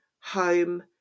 home